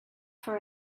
for